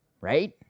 right